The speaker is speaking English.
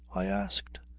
i asked.